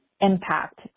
impact